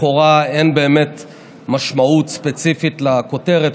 לכאורה אין באמת משמעות ספציפית לכותרת,